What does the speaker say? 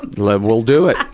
like um we'll do it!